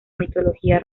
mitología